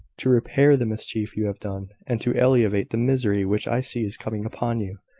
to repair the mischief you have done, and to alleviate the misery which i see is coming upon you.